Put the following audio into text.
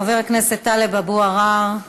חבר הכנסת טלב אבו עראר,